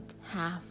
half